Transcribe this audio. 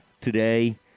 today